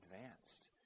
advanced